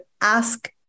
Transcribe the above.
ask